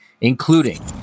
including